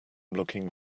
looking